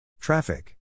Traffic